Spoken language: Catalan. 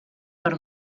per